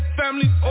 family